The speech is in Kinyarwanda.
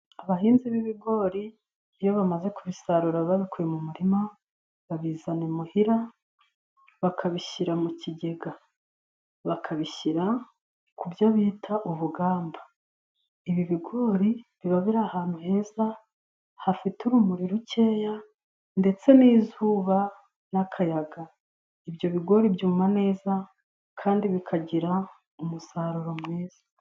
Abahinzi b'ibigori iyo bamaze kubisarura babikuye mu murima, babizana imuhira bakabishyira mu kigega, bakabishyira ku byo bita ubugamba. Ibi bigori biba biri ahantu heza, hafite urumuri rukeya ndetse n'izuba n'akayaga. Ibyo bigori byuma neza kandi bikagira umusaruro mwiza.